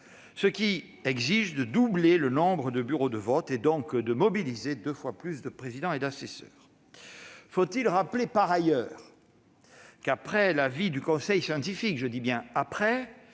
ce qui exige de doubler le nombre de bureaux de vote, donc de mobiliser deux fois plus de présidents et d'assesseurs. Faut-il rappeler, par ailleurs, qu'après l'avis du conseil scientifique, nous avons